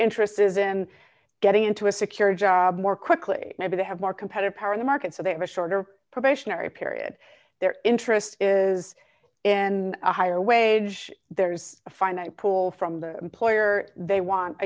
interested in getting into a secure job more quickly maybe they have more competitive in the market so they have a shorter probationary period their interest is and a higher wage there's a finite pool from the employer they want a